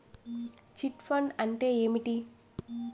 Chit fund అంటే ఏంటి?